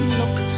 look